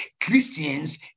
Christians